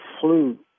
flu